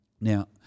now